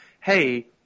hey